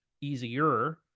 easier